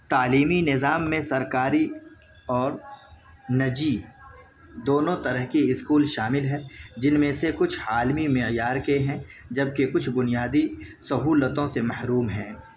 تعلیمی نظام میں سرکاری اور نجی دونوں طرح کے اسکول شامل ہیں جن میں سے کچھ عالمی معیار کے ہیں جب کہ کچھ بنیادی سہولتوں سے محروم ہیں